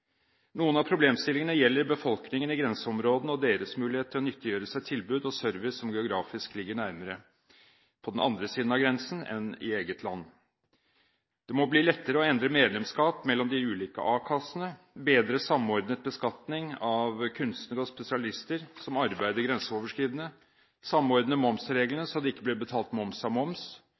Noen av problemstillingene gjelder befolkningen i grenseområdene og deres mulighet til å nyttiggjøre seg tilbud og service som geografisk ligger nærmere på den andre siden av grensen enn i eget land. Det må bli lettere å endre medlemskap mellom de ulike a-kassene, arbeidsledighetskassene, bedre samordnet beskatning av kunstnere og spesialister som arbeider grenseoverskridende, samordne momsregler så det ikke blir betalt moms av moms,